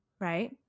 Right